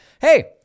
Hey